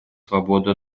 свободу